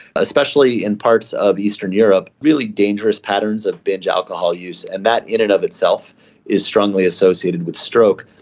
especially in parts of eastern europe, really dangerous patterns of binge alcohol use. and that in and of itself is strongly associated with stroke.